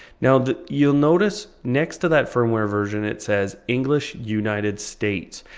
now that you'll notice next to that firmware version it says english united states,